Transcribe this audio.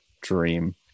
dream